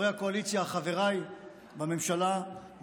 חבריי בממשלה ובכנסת: